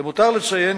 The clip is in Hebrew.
למותר לציין,